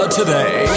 today